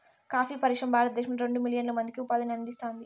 coffee పరిశ్రమ భారతదేశంలో రెండు మిలియన్ల మందికి ఉపాధిని అందిస్తాంది